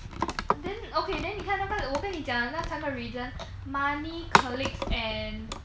then okay then 你看那刚才我跟你讲的那三个 reason money colleagues and